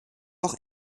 auch